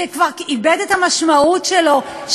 שכבר איבד את המשמעות שלו,